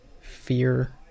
Fear